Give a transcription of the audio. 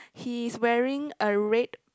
he's wearing a red